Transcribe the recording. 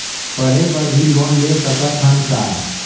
पढ़े बर भी लोन ले सकत हन का?